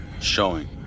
showing